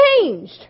changed